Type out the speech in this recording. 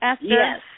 Yes